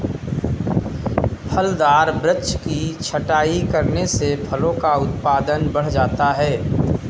फलदार वृक्ष की छटाई करने से फलों का उत्पादन बढ़ जाता है